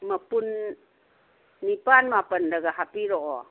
ꯃꯄꯨꯟ ꯅꯤꯄꯥꯟ ꯃꯥꯄꯟꯗꯒ ꯍꯥꯞꯄꯤꯔꯛꯑꯣ